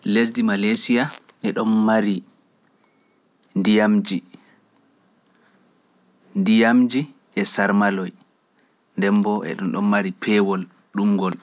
Lesdi Malesia eɗon mari ndiyamji ndiyamji e sarmaloy ndembo eɗon ɗon mari peewol ɗum ngol.